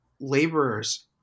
laborers